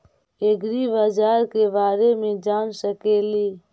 ऐग्रिबाजार के बारे मे जान सकेली?